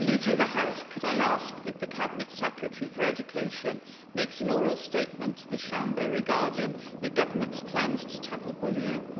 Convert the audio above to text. leader of the house, could i ask that the cabinet secretary for education makes an oral statement to the siambr regarding your government's plans to tackle bullying?